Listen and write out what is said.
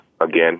again